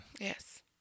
Yes